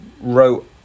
wrote